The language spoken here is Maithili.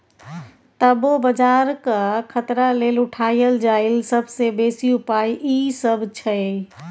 तबो बजारक खतरा लेल उठायल जाईल सबसे बेसी उपाय ई सब छै